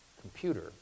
computer